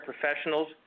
professionals